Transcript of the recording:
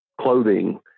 clothing